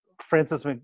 Francis